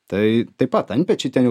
tai taip pat antpečiai ten jau